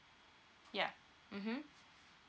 yeah mmhmm